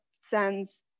sends